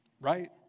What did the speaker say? right